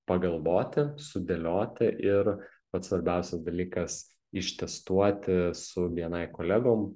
pagalvoti sudėlioti ir pats svarbiausias dalykas ištestuoti su bni kolegom